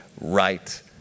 right